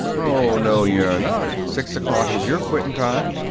oh, no, you're not. six o'clock is your quitting time.